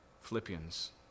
Philippians